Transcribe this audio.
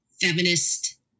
feminist